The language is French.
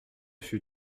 fut